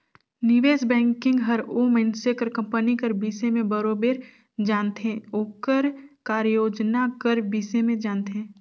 निवेस बैंकिंग हर ओ मइनसे कर कंपनी कर बिसे में बरोबेर जानथे ओकर कारयोजना कर बिसे में जानथे